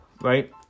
right